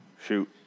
Shoot